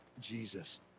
Jesus